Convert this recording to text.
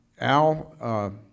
Al